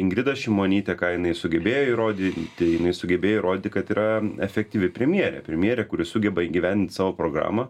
ingrida šimonytė ką jinai sugebėjo įrodyti jinai sugebėjo įrodyti kad yra efektyvi premjerė premjerė kuri sugeba įgyvendint savo programą